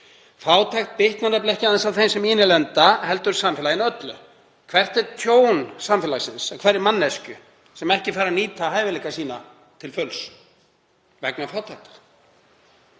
Fátækt bitnar nefnilega ekki aðeins á þeim sem í henni lenda heldur samfélaginu öllu. Hvert er tjón samfélagsins af hverri manneskju sem ekki fær að nýta hæfileika sína til fulls vegna fátæktar?